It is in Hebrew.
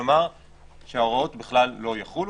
כלומר שההוראות בכלל לא יחולו.